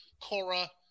Cora